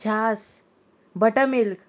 छास butter milk